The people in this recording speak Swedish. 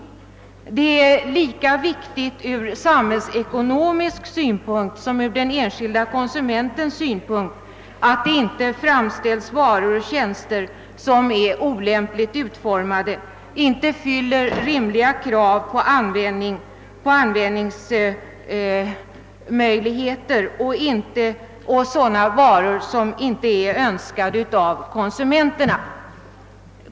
Det är lika viktigt ur samhällsekonomisk synpunkt som ur den enskilde konsumentens synpunkt att det inte framställs varor och tjänster som är olämpligt utformade och inte fyller rimliga krav på användningsmöjligheter eller sådana varor som inte är önskade av konsumenterna.